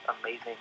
amazing